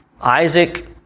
Isaac